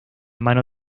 mano